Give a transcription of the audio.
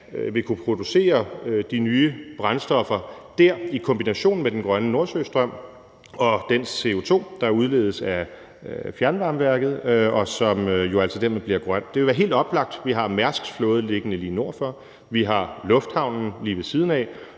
vil kunne producere de nye brændstoffer dér i kombination med den grønne nordsøstrøm og den CO2, der udledes af fjernvarmeværket, og som jo altså dermed bliver grøn. Det ville være helt oplagt. Vi har Mærsks flåde liggende lige nord for, vi har lufthavnen lige ved siden af,